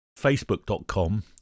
facebook.com